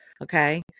okay